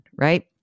right